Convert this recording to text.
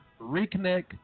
reconnect